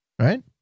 right